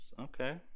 okay